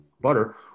butter